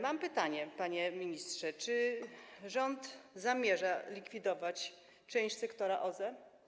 Mam pytanie, panie ministrze: Czy rząd zamierza zlikwidować część sektora OZE?